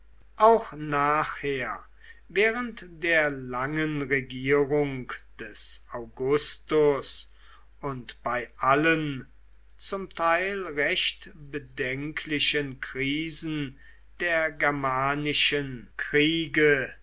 auch nachher während der langen regierung des augustus und bei allen zum teil recht bedenklichen krisen der germanischen kriege